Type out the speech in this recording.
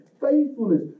faithfulness